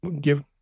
give